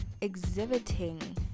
exhibiting